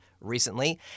recently